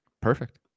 Perfect